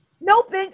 Nope